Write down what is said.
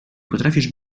potrafisz